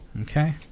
Okay